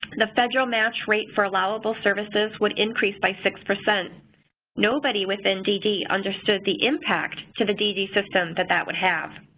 the federal match rate for allowable services would increase by six. nobody within dd understood the impact to the dd system that that would have.